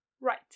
Right